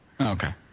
Okay